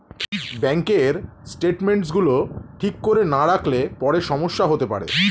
ব্যাঙ্কের স্টেটমেন্টস গুলো ঠিক করে না রাখলে পরে সমস্যা হতে পারে